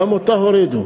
וגם אותה הורידו.